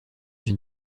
une